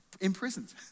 imprisoned